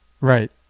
Right